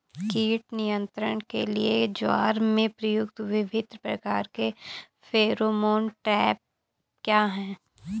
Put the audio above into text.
कीट नियंत्रण के लिए ज्वार में प्रयुक्त विभिन्न प्रकार के फेरोमोन ट्रैप क्या है?